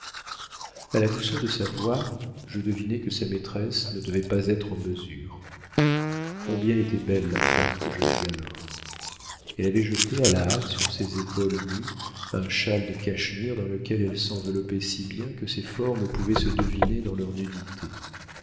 a la douceur de sa voix je devinai que sa maîtresse ne devait pas être en mesure combien était belle la femme que je vis alors elle avait jeté à la hâte sur ses épaules nues un châle de cachemire dans lequel elle s'enveloppait si bien que ses formes pouvaient se deviner dans leur nudité